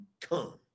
come